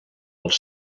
els